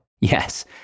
Yes